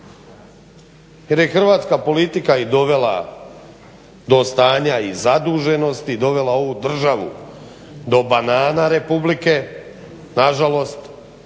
jer je hrvatska politika i dovela do stanja i zaduženosti, dovela ovu državu do banana republike nažalost